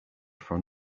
from